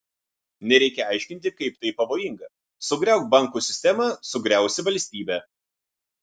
nereikia aiškinti kaip tai pavojinga sugriauk bankų sistemą sugriausi valstybę